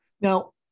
now